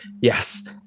Yes